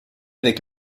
avec